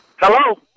Hello